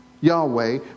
Yahweh